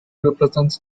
represents